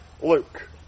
Luke